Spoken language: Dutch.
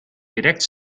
direct